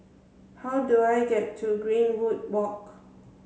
how do I get to Greenwood Walk